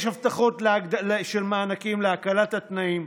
יש הבטחות להגדלה של מענקים, להקלת התנאים,